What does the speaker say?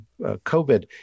COVID